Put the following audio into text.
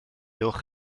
ewch